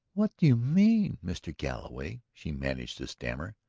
what do you mean, mr. galloway? she managed to stammer.